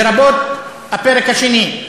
לרבות הפרק השני,